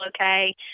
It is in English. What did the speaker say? okay